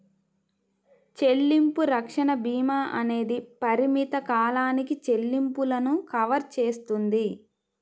చెల్లింపు రక్షణ భీమా అనేది పరిమిత కాలానికి చెల్లింపులను కవర్ చేస్తుంది